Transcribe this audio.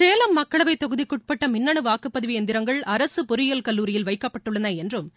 சேலம் மக்களவைத் தொகுதிக்குட்பட்ட மின்னணு வாக்குப்பதிவு இயந்திரங்கள் அரசு பொறியியல் கல்லூரியில் வைக்கப்பட்டுள்ளன என்றும்